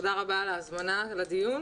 תודה רבה על ההזמנה לדיון.